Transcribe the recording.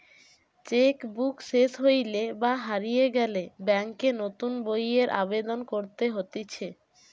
check book সেস হইলে বা হারিয়ে গেলে ব্যাংকে নতুন বইয়ের আবেদন করতে হতিছে